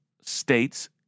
State's